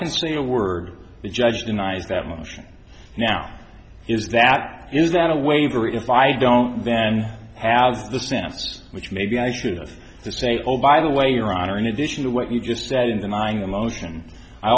can say a word the judge denies that motion now is that is that a waiver if i don't then have the senses which maybe i should've to say oh by the way your honor in addition to what you just said in the nine the motion i